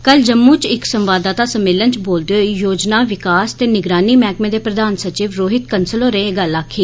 कल जम्मू च इक संवाददाता सम्मेलन च बोलदे होई योजना विकास ते निगरानी मैहकमे दे प्रधान सचिव रोहित कन्सल होरें एह् गल्ल्ल आखी